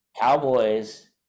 Cowboys